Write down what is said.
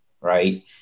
right